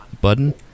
Button